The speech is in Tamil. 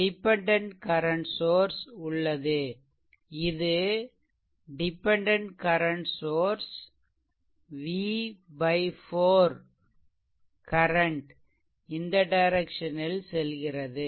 டிபெண்டென்ட் கரன்ட் சோர்ஸ் உள்ளதுஇது dependent current source v 4 current இந்த டைரக்சனில் v 4